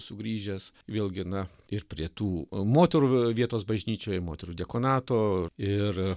sugrįžęs vėl gi na ir prie tų moterų vietos bažnyčioj moterų dekonato ir